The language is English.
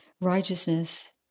Righteousness